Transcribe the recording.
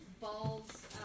balls